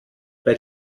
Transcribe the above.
bei